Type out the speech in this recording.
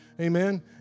Amen